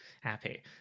happy